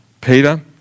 Peter